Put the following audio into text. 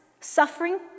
suffering